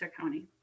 County